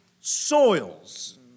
soils